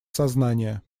сознание